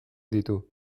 ditu